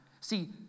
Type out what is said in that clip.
See